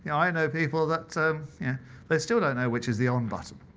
i know people that so yeah that still don't know which is the on bottom,